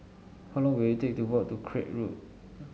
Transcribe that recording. how long will it take to walk to Craig Road